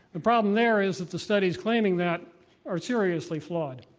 the problem there is that the studies claiming that are seriously flawed.